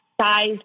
size